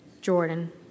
Jordan